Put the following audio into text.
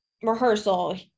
rehearsal